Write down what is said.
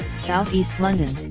south east london,